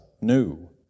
new